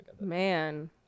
Man